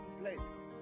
place